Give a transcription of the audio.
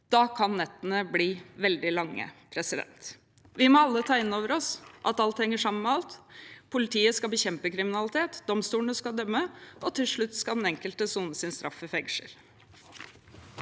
Da kan nettene bli veldig lange. Vi må alle ta inn over oss at alt henger sammen med alt: Politiet skal bekjempe kriminalitet, domstolene skal dømme, og til slutt skal den enkelte sone sin straff i fengsel.